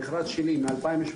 מכרז שלי מ-2017,